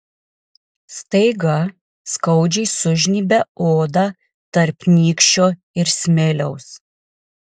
staiga skaudžiai sužnybia odą tarp nykščio ir smiliaus